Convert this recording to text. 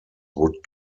would